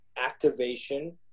activation